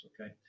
Okay